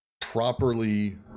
properly